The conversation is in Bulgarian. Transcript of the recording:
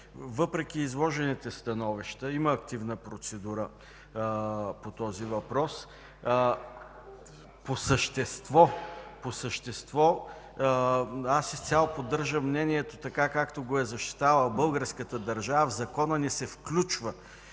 въпреки изложените становища, има активна процедура по този въпрос. По същество аз изцяло поддържам мнението, така както го е защитавала българската държава. В Закона ни се включва,